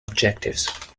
objectives